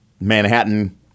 Manhattan